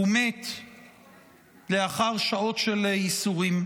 הוא מת לאחר שעות של ייסורים.